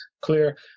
clear